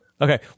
Okay